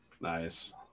Nice